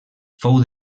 fou